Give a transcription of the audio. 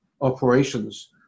operations